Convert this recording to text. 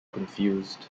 confused